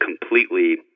completely